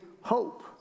hope